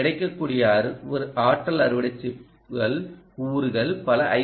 கிடைக்கக்கூடிய ஆற்றல் அறுவடை சிப்கள் கூறுகள் பல ஐ